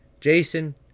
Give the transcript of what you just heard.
Jason